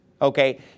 Okay